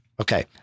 Okay